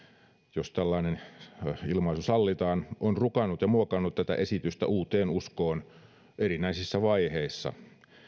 jos tällainen ilmaisu sallitaan on rukannut ja muokannut tätä esitystä uuteen uskoon erinäisissä vaiheissa